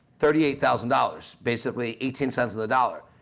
thirty eight thousand dollars, basically eighteen cents of the dollar.